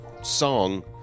song